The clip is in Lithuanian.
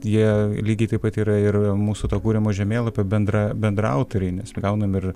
jie lygiai taip pat yra ir mūsų kuriamo žemėlapio bendra bendraautoriai nes gauname ir